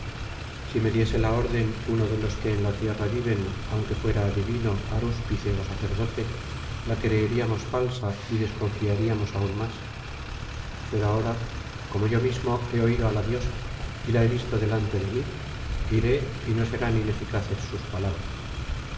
si me diese la orden uno de los que en la tierra viven aunque fuera adivino arúspice ó sacerdote la creeríamos falsa y desconfiaríamos aun más pero ahora como yo mismo he oído á la diosa y la he visto delante de mí iré y no serán ineficaces sus palabras